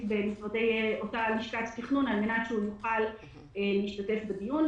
במשרדי אותה לשכת תכנון על מנת שהוא יוכל להשתתף בדיון.